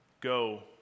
go